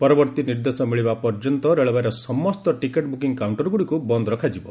ପରବର୍ତ୍ତୀ ନିର୍ଦ୍ଦେଶ ମିଳିବା ପର୍ଯ୍ୟନ୍ତ ରେଳବାଇର ସମସ୍ତ ଟିକେଟ୍ ବୃକିଂ କାଉଣ୍ଟର୍ଗୁଡ଼ିକୁ ବନ୍ଦ୍ ରଖାଯିବ